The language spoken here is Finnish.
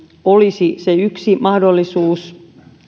olisi yksi mahdollisuus